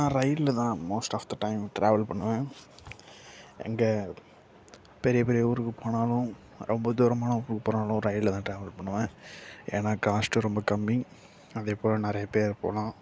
நான் ரயிலில் தான் most of the time travel பண்ணுவேன் எங்கே பெரிய பெரிய ஊருக்கு போனாலும் ரொம்ப தூரமாக போனாலும் ரயிலில் தான் டிராவல் பண்ணுவேன் ஏன்னா காஸ்ட் ரொம்ப கம்மி அதே போல் நிறைய பேர் போகலாம்